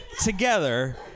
together